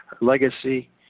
legacy